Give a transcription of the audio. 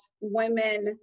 women